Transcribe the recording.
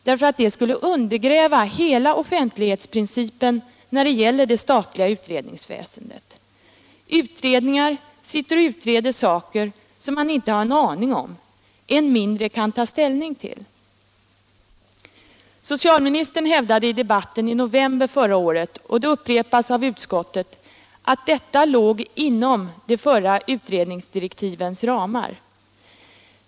Det skulle undergräva hela offentlighetsprincipen när det gäller det statliga utredningsväsendet. Utredningar sitter och utreder saker som man inte har en aning om, än mindre kan ta ställning till. Socialministern hävdade i debatten i november förra året, och det upprepas av utskottet, att detta låg inom de förra utredningsdirektivens ramar.